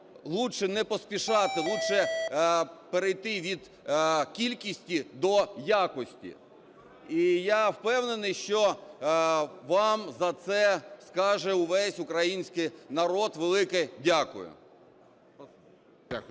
лучше не поспішати, лучше перейти від кількості до якості. І я впевнений, що вам за це скаже увесь український народ велике дякую.